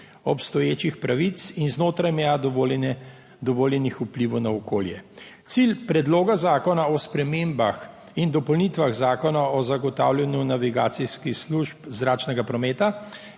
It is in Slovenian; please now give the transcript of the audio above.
obstoječih pravic in znotraj meja dovoljenih vplivov na okolje. Cilj Predloga zakona o spremembah in dopolnitvah Zakona o zagotavljanju navigacijskih služb zračnega prometa